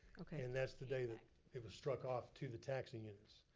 okay. and that's the day that it was stuck off to the taxing units.